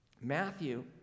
Matthew